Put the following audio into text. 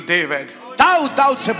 David